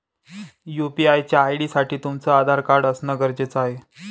UPI च्या ID साठी तुमचं आधार कार्ड असण गरजेच आहे